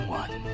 one